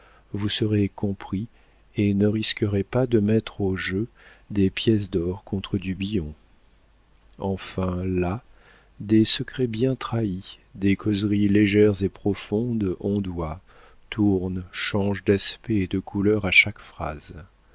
vous serez compris et ne risquerez pas de mettre au jeu des pièces d'or contre du billon enfin là des secrets bien trahis des causeries légères et profondes ondoient tournent changent d'aspect et de couleurs à chaque phrase